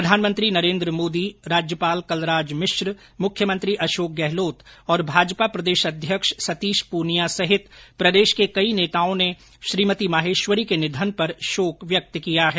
प्रधानमंत्री नरेन्द्र मोदी राज्यपाल कलराज मिश्र मुख्यमंत्री अशोक गहलोत और भाजपा प्रदेश अध्यक्ष सतीश प्रनिया सहित प्रदेश के कई नेताओं ने श्रीमती माहेश्वरी के निधन पर शोक व्यक्त किया है